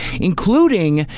including